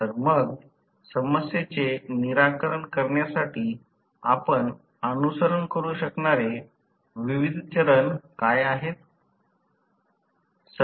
तर मग समस्येचे निराकरण करण्यासाठी आपण अनुसरण करू शकणारे विविध चरण काय आहेत